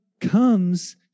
comes